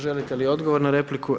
Želite li odgovor na repliku?